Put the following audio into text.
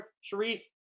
Sharif